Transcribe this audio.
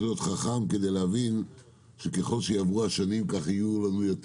להיות חכם כדי להבין שככל שיעברו השנים כך יהיו לנו יותר